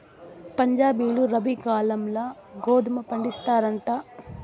పంజాబీలు రబీ కాలంల గోధుమ పండిస్తారంట